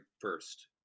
first